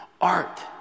art